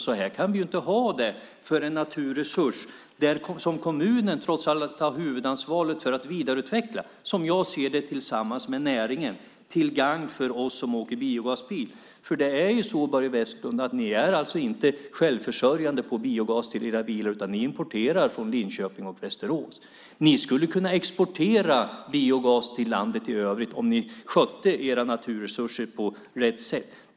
Så kan vi inte ha det när det gäller en naturresurs som kommunen, som jag ser det, trots allt har huvudansvaret för att vidareutveckla tillsammans med näringen till gagn för oss som åker biogasbil. Ni är ju inte självförsörjande på biogas till era bilar, Börje Vestlund, utan ni importerar från Linköping och Västerås. Ni skulle kunna exportera biogas till övriga landet om ni skötte era naturresurser på rätt sätt.